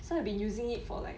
so I've been using it for like